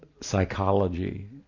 psychology